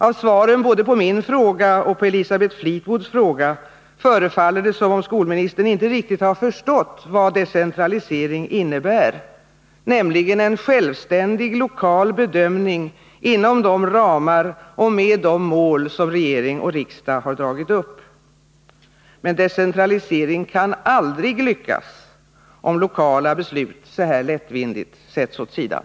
Av svaren på både min fråga och Elisabeth Fleetwoods fråga förefaller det som om skolministern inte riktigt har förstått vad decentralisering innebär, nämligen en självständig lokal bedömning inom de ramar och med de mål som regering och riksdag har dragit upp. Men decentralisering kan aldrig lyckas, om lokala beslut så här lättvindigt sätts åt sidan.